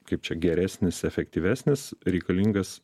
kaip čia geresnis efektyvesnis reikalingas